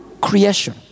creation